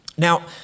Now